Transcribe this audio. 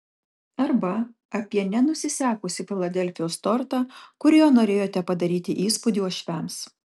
arba apie nenusisekusį filadelfijos tortą kuriuo norėjote padaryti įspūdį uošviams